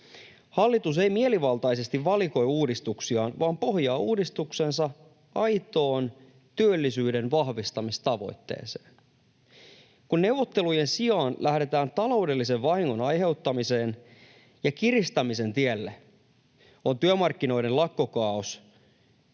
Hallitus ei mielivaltaisesti valikoi uudistuksiaan vaan pohjaa uudistuksensa aitoon työllisyyden vahvistamistavoitteeseen. Kun neuvottelujen sijaan lähdetään taloudellisen vahingon aiheuttamisen ja kiristämisen tielle, on työmarkkinoiden lakkokaaos